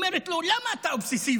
היא אומרת לו: למה אתה אובססיבי?